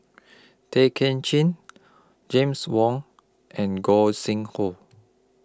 Tay Ken Chin James Wong and Gog Sing Hooi